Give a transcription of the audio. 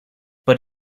but